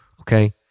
okay